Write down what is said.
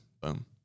Boom